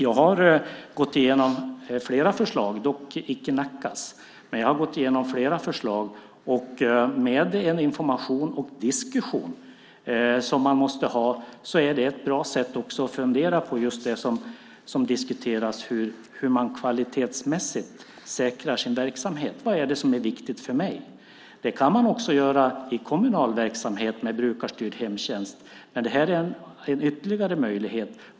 Jag har gått igenom flera förslag, dock icke Nackas. Med en information och diskussion som man måste ha är det ett bra sätt att också fundera på det som diskuteras, nämligen hur man kvalitetsmässigt säkrar sin verksamhet: Vad är det som är viktigt för mig? Det kan man också göra i kommunal verksamhet med brukarstyrd hemtjänst, men det här är ytterligare en möjlighet.